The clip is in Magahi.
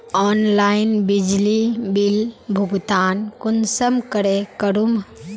ऑनलाइन बिजली बिल भुगतान कुंसम करे करूम?